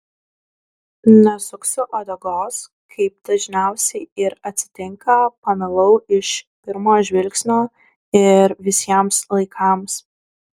nesuksiu uodegos kaip dažniausiai ir atsitinka pamilau iš pirmo žvilgsnio ir visiems laikams